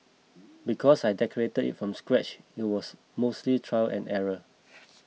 because I decorated it from scratch it was mostly trial and error